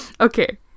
okay